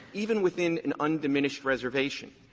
even within an undiminished reservation.